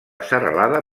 serralada